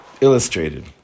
illustrated